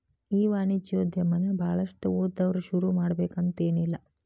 ಈ ವಾಣಿಜ್ಯೊದಮನ ಭಾಳಷ್ಟ್ ಓದ್ದವ್ರ ಶುರುಮಾಡ್ಬೆಕಂತೆನಿಲ್ಲಾ